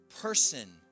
person